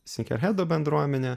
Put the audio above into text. snykerhedų bendruomenė